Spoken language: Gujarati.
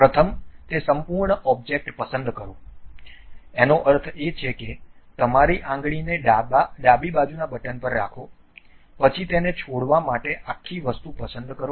પ્રથમ તે સંપૂર્ણ ઑબ્જેક્ટ પસંદ કરો એનો અર્થ એ છે કે તમારી આંગળીને ડાબી બાજુના બટન પર રાખો પછી તેને છોડવા માટે આખી વસ્તુ પસંદ કરો